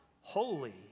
holy